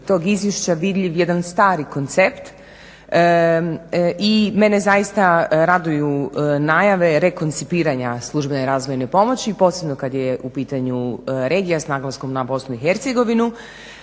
tog izvješća vidljiv jedan stari koncept. I mene zaista raduju najave, rekoncipiranja službene razvojne pomoći posebno kad je u pitanju regija s naglaskom na Bosnu i Hercegovinu.